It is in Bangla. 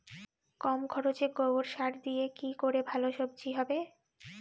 কম খরচে গোবর সার দিয়ে কি করে ভালো সবজি হবে?